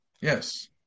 yes